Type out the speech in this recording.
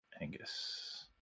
Angus